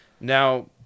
Now